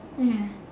ya